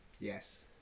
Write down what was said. Yes